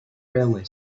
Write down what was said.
railway